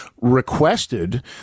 requested